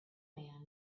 man